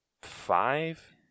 five